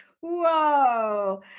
whoa